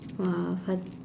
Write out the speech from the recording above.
!wah! afar